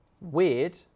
weird